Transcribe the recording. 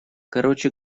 короче